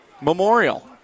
Memorial